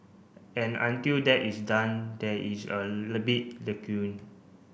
and until that is done there is a big